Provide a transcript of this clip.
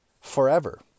forever